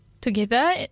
together